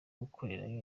gukorerayo